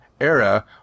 era